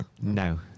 no